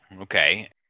Okay